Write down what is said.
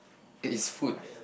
it is food